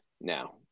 now